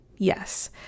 Yes